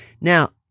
Now